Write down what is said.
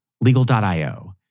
Legal.io